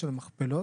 של המכפלות?